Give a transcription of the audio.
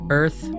earth